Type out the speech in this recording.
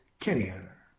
career